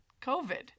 COVID